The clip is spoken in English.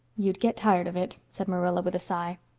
you'd get tired of it, said marilla, with a sigh.